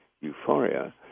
euphoria